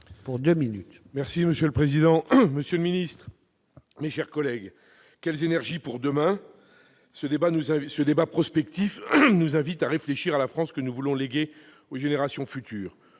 Monsieur le président, monsieur le secrétaire d'État, mes chers collègues, quelles énergies pour demain ? Ce débat prospectif nous invite à réfléchir à la France que nous voulons léguer aux générations futures.